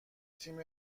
تیم